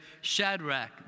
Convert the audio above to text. Shadrach